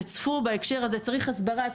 צריך הסברה,